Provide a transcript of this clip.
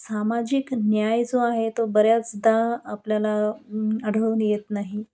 सामाजिक न्याय जो आहे तो बऱ्याचदा आपल्याला आढळून येत नाही